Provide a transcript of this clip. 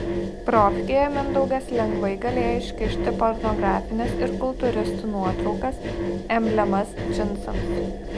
profkėje mindaugas lengvai galėjo iškišti pornografines ir kultūristų nuotraukas emblemas džinsams